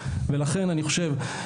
ולכן אני חושב,